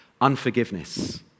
Unforgiveness